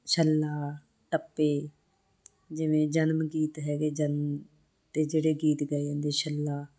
ਛੱਲਾ ਟੱਪੇ ਜਿਵੇਂ ਜਨਮ ਗੀਤ ਹੈਗੇ ਜਨਮ 'ਤੇ ਜਿਹੜੇ ਗੀਤ ਗਾਏ ਜਾਂਦੇ ਛੱਲਾ